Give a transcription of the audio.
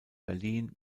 berlin